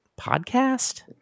podcast